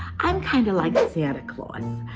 i'm kind of like santa claus.